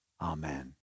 Amen